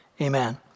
amen